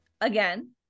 Again